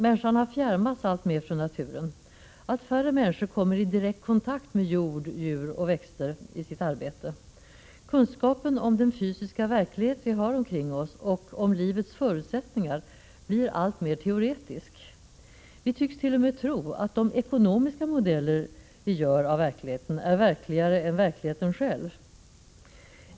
Människan har fjärmats alltmer från naturen. Allt färre människor kommer i direkt kontakt med jord, djur och växter i sitt arbete. Kunskapen om den fysiska verklighet vi har omkring oss och om livets förutsättningar blir alltmer teoretisk. Vi tycks t.o.m. tro att de ekonomiska modeller vi gör av verkligheten är verkligare än verkligheten själv.